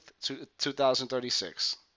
2036